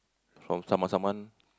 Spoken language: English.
from someone someone